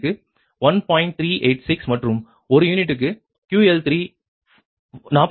386 மற்றும் ஒரு யூனிட்க்கு QL3 45